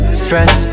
stress